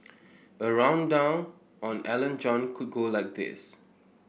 a rundown on Alan John could go like this